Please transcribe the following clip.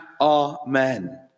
amen